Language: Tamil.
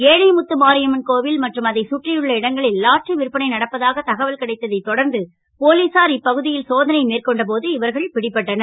ஏழைமுத்து மாரியம்மன் கோவில் மற்றும் அதைச் சுற்றியுள்ள இடங்களில் லாட்டரி விற்பனை நடப்பதாக தகவல் கிடைத்ததைத் தொடர்ந்து போலீசார் இப்பகு ல் சோதனை மேற்கொண்ட போது இவர்கள் பிடிபட்டனர்